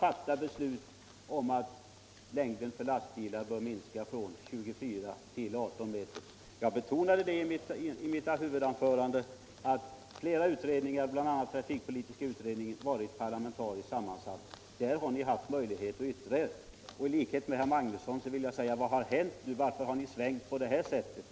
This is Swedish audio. fatta beslut om att längden på lastbilar bör minska från 24 till 18 m. Jag betonade i mitt huvudanförande att flera utredningar, bl.a. den trafikpolitiska utredningen, varit parlamentariskt sammansatta. Där har ni haft möjlighet att yttra er. I likhet med herr Magnusson i Kristinehamn vill jag fråga: Vad har hänt? Varför har ni svängt på det här sättet?